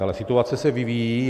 Ale situace se vyvíjí.